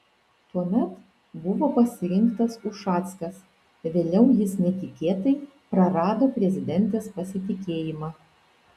tuomet buvo pasirinktas ušackas vėliau jis netikėtai prarado prezidentės pasitikėjimą